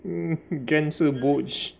gen 是 butch